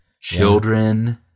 children